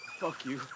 fuck you,